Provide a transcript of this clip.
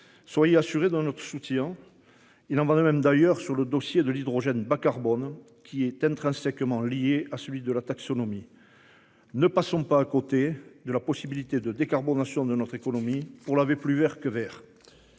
Soyez assuré dans notre soutien. Il en va de même d'ailleurs sur le dossier de l'hydrogène bas-carbone qui est intrinsèquement lié à celui de la taxonomie. Ne passons pas à côté de la possibilité de décarbonation de notre économie pour laver plus Vert que Vert.